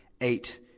eight